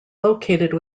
located